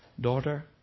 Daughter